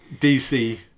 DC